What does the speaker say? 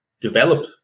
develop